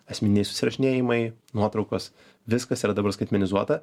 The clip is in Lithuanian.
asmeniniai susirašinėjimai nuotraukos viskas yra dabar skaitmenizuota